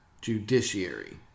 judiciary